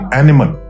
animal